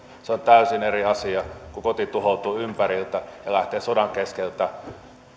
se on täysin eri asia kuin se jos koti tuhoutuu ympäriltä ja lähtee sodan keskeltä